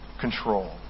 control